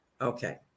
Okay